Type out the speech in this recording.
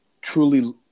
truly